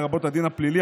לרבות הדין הפלילי,